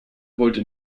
wollte